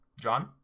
john